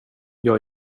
jag